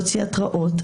להוציא התראות.